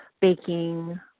baking